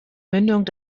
mündung